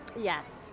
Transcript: Yes